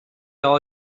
all